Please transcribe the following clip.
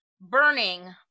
burning